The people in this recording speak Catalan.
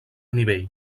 nivell